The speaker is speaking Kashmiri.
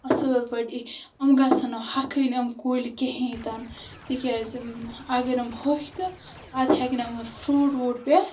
اَصل پٲٹھی یِم گژھَن نہٕ ہۄکھٕنۍ یِم کُلۍ کِہیٖنۍ تہٕ نہٕ تِکیٛازِ اَگر یِم ہوٚکھۍ تہٕ پَتہٕ ہٮ۪کہِ نہٕ یِمَن فرٛوٗٹ ورٛوٗٹ پٮ۪تھ